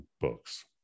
books